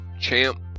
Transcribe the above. Champ